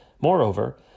Moreover